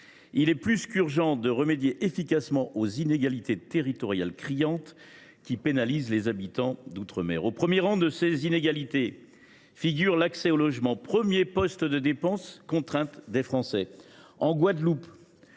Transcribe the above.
Il est plus qu’urgent de remédier efficacement aux inégalités territoriales criantes qui pénalisent les habitants de l’outre mer. Au premier rang de ces inégalités figure l’accès au logement, premier poste de dépenses contraint des Français. En Guadeloupe,